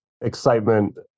excitement